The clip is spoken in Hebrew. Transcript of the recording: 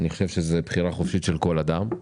אני חושב שזאת בחירה חופשית של כל אדם.